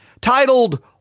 Titled